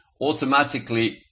automatically